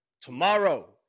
tomorrow